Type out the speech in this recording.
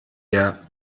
der